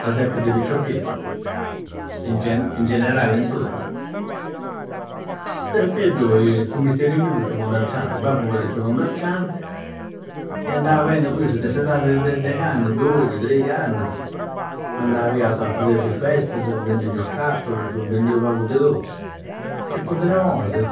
Ma sempre de piccioccheddu? In ge. In generalli e tottu. De piccioccheddu su mestieri meu fudi su commerccianti. Babbu fadia su commerccianti e andau a bendi cu issu de s'etadi de. Deghi annu, doighi, trighi annusu. Andau a ie si fadeusu i festasa, bendiu gioccattulusu, bendiu pagu de tottu. Tempu de nosu,